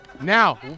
Now